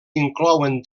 inclouen